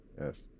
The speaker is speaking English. Yes